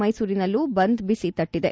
ಮೈಸೂರಿನಲ್ಲೂ ಬಂದ್ ಬಿಸಿ ತಟ್ಟದೆ